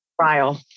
trial